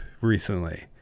recently